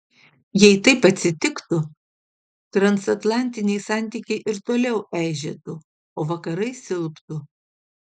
jei taip atsitiktų transatlantiniai santykiai ir toliau eižėtų o vakarai silptų